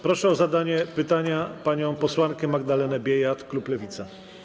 Proszę o zadanie pytania panią posłankę Magdalenę Biejat, klub Lewica.